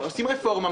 כשעושים רפורמה,